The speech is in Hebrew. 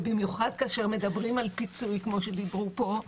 במיוחד כשמדברים על פיצוי כמו שדיברו פה,